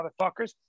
motherfuckers